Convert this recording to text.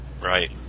Right